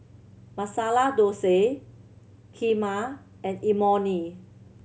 Masala Dosa Kheema and Imoni